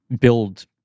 build